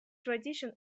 tradition